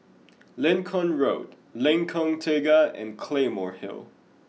Lincoln Road Lengkong Tiga and Claymore Hill